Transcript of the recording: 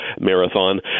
marathon